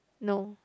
no